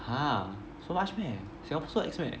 !huh! so much meh Singapore so ex meh